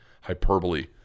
hyperbole